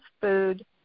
food